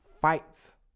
fights